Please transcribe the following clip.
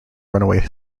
runaway